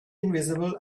invisible